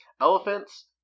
elephants